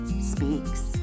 speaks